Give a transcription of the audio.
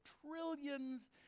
trillions